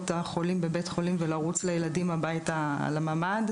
החולים בבית חולים ולרוץ לילדים הביתה לממ"ד.